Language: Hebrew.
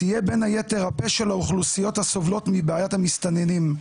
תהיה בין היתר הפה של האוכלוסיות הסובלות מבעית המסתננים,